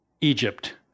Egypt